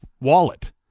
wallet